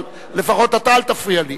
אבל לפחות אתה אל תפריע לי,